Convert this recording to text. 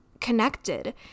connected